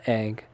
egg